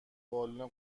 بالن